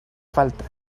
falta